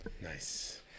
Nice